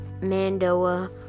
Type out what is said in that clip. Mandoa